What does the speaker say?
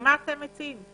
מה אתם מציעים?